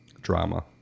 drama